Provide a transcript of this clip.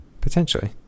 Potentially